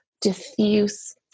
diffuse